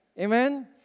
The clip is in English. Amen